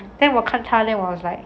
then 我看他 then I was like